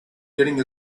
getting